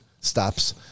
stops